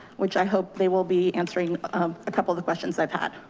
which i hope they will be answering a couple of the questions i've had.